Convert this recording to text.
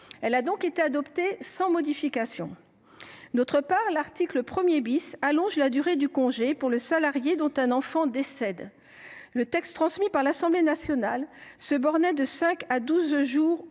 l’a donc adoptée sans modification. D’autre part, l’article 1 augmente la durée du congé pour le salarié dont un enfant décède. Le texte transmis par l’Assemblée nationale se bornait à porter